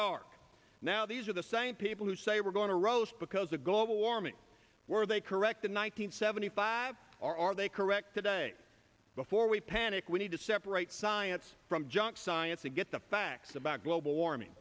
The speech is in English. dark now these are the same people who say we're going to roast because of global warming were they correct in one nine hundred seventy five or are they correct today before we panic we need to separate science from junk science to get the facts about global warming